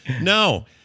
No